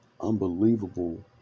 unbelievable